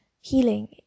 healing